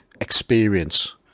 experience